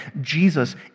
Jesus